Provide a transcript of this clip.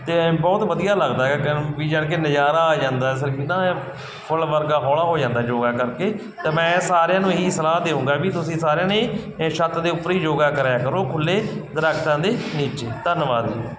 ਅਤੇ ਐਂ ਬਹੁਤ ਵਧੀਆ ਲੱਗਦਾ ਹੈਗਾ ਕਿ ਨਾ ਵੀ ਜਾਣੀ ਕਿ ਨਜ਼ਾਰਾ ਆ ਜਾਂਦਾ ਸਰ ਇੰਨਾ ਫੁੱਲ ਵਰਗਾ ਹੌਲਾ ਹੋ ਜਾਂਦਾ ਯੋਗਾ ਕਰਕੇ ਅਤੇ ਮੈਂ ਇਹ ਸਾਰਿਆਂ ਨੂੰ ਇਹ ਹੀ ਸਲਾਹ ਦੇਊਂਗਾ ਵੀ ਤੁਸੀਂ ਸਾਰਿਆਂ ਨੇ ਛੱਤ ਦੇ ਉੱਪਰ ਹੀ ਯੋਗਾ ਕਰਿਆ ਕਰੋ ਖੁੱਲ੍ਹੇ ਦਰੱਖਤਾਂ ਦੇ ਨੀਚੇ ਧੰਨਵਾਦ ਜੀ